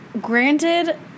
granted